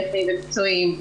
טכניים ומקצועיים,